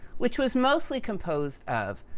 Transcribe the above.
which was mostly composed of,